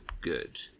good